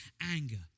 anger